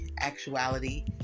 actuality